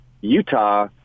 Utah